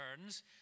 turns